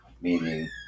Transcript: meaning